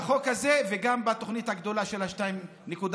בחוק הזה, וגם בתוכנית הגדולה של ה-2.7.